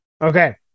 Okay